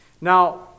Now